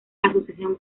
asociación